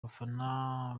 abafana